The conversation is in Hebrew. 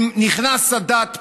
כשנכנסת הדת פנימה,